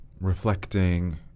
reflecting